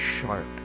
sharp